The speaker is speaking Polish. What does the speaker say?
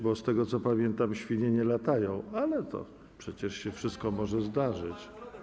bo z tego, co pamiętam, świnie nie latają, ale przecież wszystko się może zdarzyć.